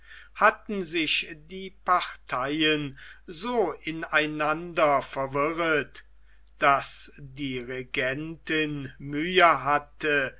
hatten sich die parteien so ineinander verwirret daß die regentin mühe hatte